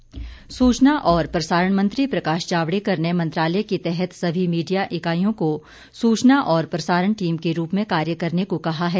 जावडेकर सूचना और प्रसारण मंत्री प्रकाश जावड़ेकर ने मंत्रालय के तहत सभी मीडिया इकाईयों को सूचना और प्रसारण टीम के रूप में कार्य करने को कहा है